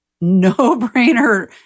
no-brainer